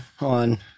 on